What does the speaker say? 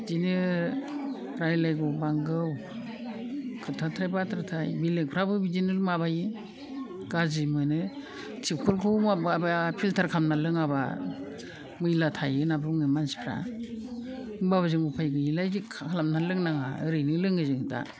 बिदिनो रायज्लाय नांगौ खोथाथाय बाथ्राथाय बेलेगफ्राबो बिदिनो माबायो गाज्रि मोनो थिफखलखौ माबा फिल्टार खालामना लोङाब्ला मैला थायो होनना बुङो मानसिफ्रा होमब्लाबो जों उफाय गैयिलाय जेखौ खालामना लोंनाङा आरो ओरैनो लोङो जों दा